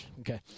Okay